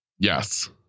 Yes